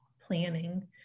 planning